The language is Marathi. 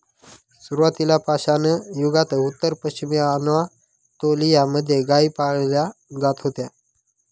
सुरुवातीला पाषाणयुगात उत्तर पश्चिमी अनातोलिया मध्ये गाई पाळल्या जात होत्या